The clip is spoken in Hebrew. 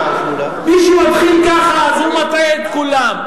מי שמתחיל ככה, הוא מטעה את כולם.